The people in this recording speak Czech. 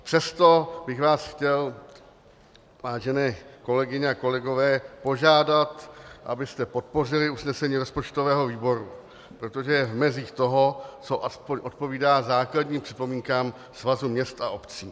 Přesto bych vás chtěl, vážené kolegyně a kolegové, požádat, abyste podpořili usnesení rozpočtového výboru, protože je v mezích toho, co aspoň odpovídá základním připomínkám Svazu měst a obcí.